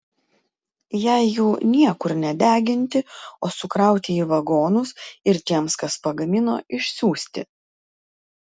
jei jų niekur nedeginti o sukrauti į vagonus ir tiems kas pagamino išsiųsti